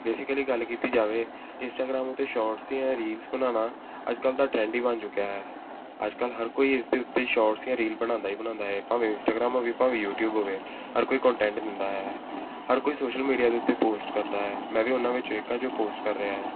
basically ਗੱਲ ਕੀਤੀ ਜਾਵੇ ਇੰਸਟਾਗਰਾਮ ਉੱਤੇ ਸ਼ੋਰਟਸ ਜਾਂ ਰੀਲਸ ਬਣਾਉਣਾ ਅੱਜ ਕੱਲ੍ਹ ਦਾ ਟਰੈਂਡ ਹੀ ਬਣ ਚੁੱਕਿਆ ਹੈ ਅੱਜ ਕੱਲ੍ਹ ਹਰ ਕੋਈ ਇਸ ਦੇ ਉੱਤੇ ਸ਼ੋਰਟਸ ਜਾਂ ਰੀਲਸ ਬਣਾਉਂਦਾ ਹੀ ਬਣਾਉਂਦਾ ਹੈ ਭਾਵੇਂ ਇੰਸਟਾਗਰਾਮ ਹੋਵੇ ਭਾਵੇਂ ਯੂਟੀਊਬ ਹੋਵੇ ਹਰ ਕੋਈ ਕੰਟੈਂਟ ਦਿੰਦਾ ਹੈ ਹਰ ਕੋਈ ਸੋਸ਼ਲ ਮੀਡੀਆ ਦੇ ਉੱਤੇ ਪੋਸਟ ਕਰਦਾ ਹੈ ਮੈਂ ਵੀ ਉਹਨਾਂ ਵਿੱਚੋਂ ਇੱਕ ਹਾਂ ਜੋ ਪੋਸਟ ਕਰ ਰਿਹਾ ਹੈ